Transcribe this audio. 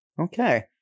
Okay